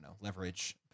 leverage